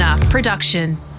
Production